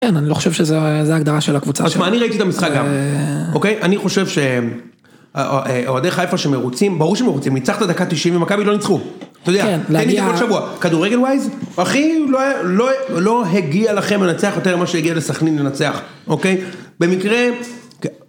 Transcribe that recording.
כן, אני לא חושב שזה... שזה ההגדרה של הקבוצה. תשמע, אני ראיתי את המשחק גם, אוקיי? אני חושב ש... ה... האוהדי חיפה שמרוצים, ברור שמרוצים, ניצחנו דקה תשעים ומכבי לא ניצחו. כן, להגיע... כדורגל וויז, הכי לא... לא הגיע לכם לנצח יותר ממה שהגיע לסכנין לנצח. אוקיי? במקרה...